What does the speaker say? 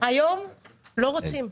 היום לא רוצים.